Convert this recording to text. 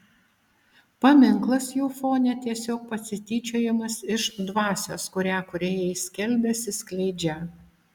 paminklas jų fone tiesiog pasityčiojimas iš dvasios kurią kūrėjai skelbiasi skleidžią